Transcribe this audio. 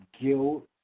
guilt